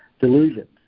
delusions